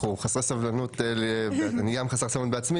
אנחנו חסרי סבלנות וגם אני בעצמי,